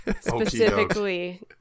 specifically